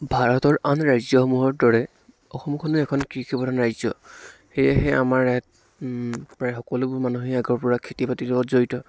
ভাৰতৰ আন ৰাজ্য়সমূহৰ দৰে অসমখনো এখন কৃষি প্ৰধান ৰাজ্য় সেয়েহে আমাৰ ইয়াত প্ৰায় সকলোবোৰ মানুহেই আগৰ পৰা খেতি বাতিৰ লগত জড়িত